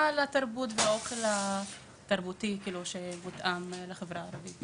תרבותית עם ההזנה שמסופקת לחברה הערבית.